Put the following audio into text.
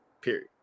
Period